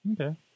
Okay